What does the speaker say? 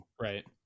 right